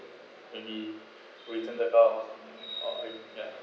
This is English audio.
maybe return about ah ya